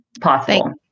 possible